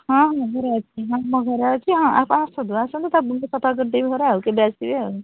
ହଁ ହଁ ଘରେ ଅଛି ହଁ ହଁ ଘରେ ଅଛି ହଁ ଆପଣ ଆସନ୍ତୁ ଆସନ୍ତୁ କେବେ ଆସିବେ ଆଉ